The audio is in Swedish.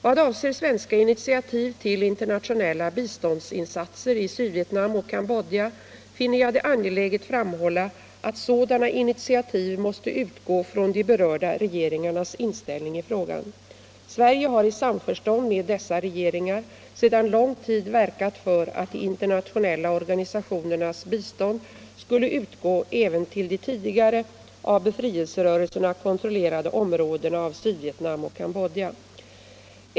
Vad avser svenska initiativ till internationella biståndsinsatser i Sydvietnam och Cambodja finner jag det angeläget framhålla att sådana initiativ måste utgå från de berörda regeringarnas inställning i frågan. Sverige har i samförstånd med dessa regeringar sedan lång tid verkat för att de internationella organisationernas bistånd skulle utgå även till de tidigare av befrielserörelserna kontrollerade områdena av Sydvietnam och Cambodja.